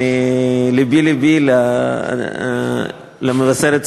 לבי לבי למבשרת-ציון,